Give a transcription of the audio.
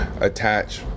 attach